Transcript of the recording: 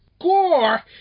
gore